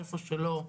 איפה שלא,